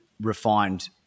refined